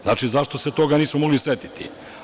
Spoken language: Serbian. Zašto se toga nismo mogli setiti?